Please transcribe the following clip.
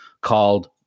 called